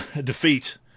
defeat